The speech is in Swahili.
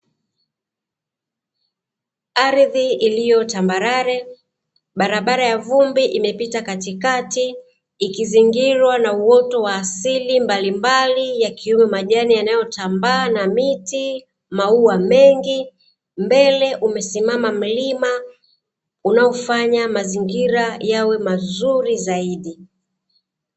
Ardhi iliyo tambarare, barabara ya vumbi imepita katikati ikizingirwa na uoto wa asili mbalimbali yakiwemo majani yanayotambaa na miti, maua mengi. Mbele umesimama mlima unaofanya mazingira yawe mazuri zaidi.